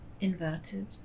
inverted